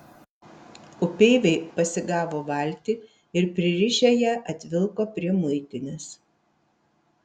upeiviai pasigavo valtį ir pririšę ją atvilko prie muitinės